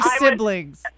siblings